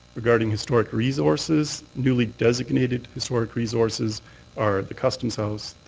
regarding historic resources, newly designated historic resources are the customs house,